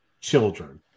children